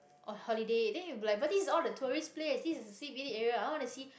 on holiday then he'll be like but this is all the tourist place this is the c_b_d area i wanna see